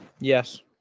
Yes